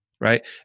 right